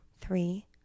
three